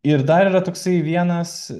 ir dar yra toksai vienas